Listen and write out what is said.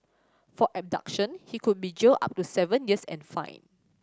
for abduction he could be jailed up to seven years and fined